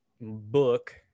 book